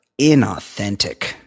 inauthentic